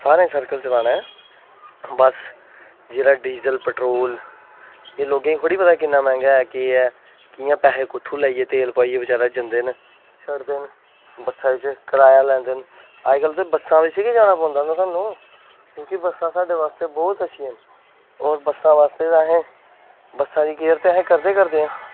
सारें सर्कल चलाना ऐ बस जेह्ड़ा डीजल पेट्रोल एह लोकें गी थोह्ड़ी पता किन्ना मैंह्गा ऐ के एह् कि'यां पैसे कुत्थुं लेइयै तेल पुआई बेचारे जंदे न छड्डदे न बस्सै च कराया लैंदे न अज्जकल ते बस्सां बिच्च गै जाना पौंदा ना सानू क्योंकि बस्सां साढ़े आस्तै बहूत अच्छियां न होर बस्सां बास्तै ते असें बस्सां दी केयर ते अस करदे करदे आं